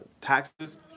taxes